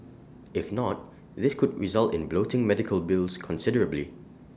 if not this could result in bloating medical bills considerably